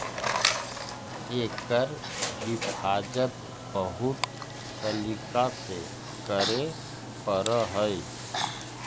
एकर हिफाज़त बहुत सलीका से करे पड़ऽ हइ